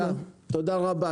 תודה, תודה רבה.